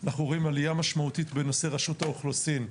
אנחנו רואים עלייה משמעותית בנושא רשות האוכלוסין.